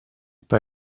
poi